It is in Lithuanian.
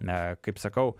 a kaip sakau